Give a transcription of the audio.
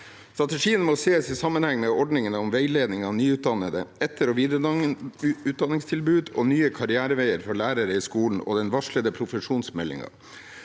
Strategien må ses i sammenheng med ordningene for veiledning av nyutdannede, etter- og videreutdanningstilbud, nye karriereveier for lærere i skolen og den varslede profesjonsmeldingen.